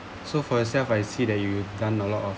so for yourself I see that you've done a lot of